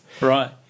Right